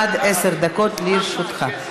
עד עשר דקות לרשותך.